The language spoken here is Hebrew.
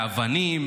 באבנים,